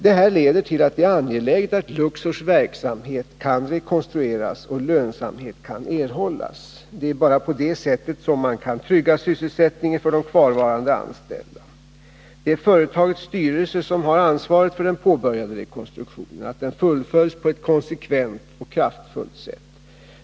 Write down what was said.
Detta leder till att det är angeläget att Luxors verksamhet kan rekonstrueras och lönsamhet kan erhållas. Det är bara på det sättet som man kan trygga sysselsättningen för de kvarvarande anställda. Det är företagets styrelse som har ansvaret för den påbörjade rekonstruktionen — att den fullföljs på ett konsekvent och kraftfullt sätt.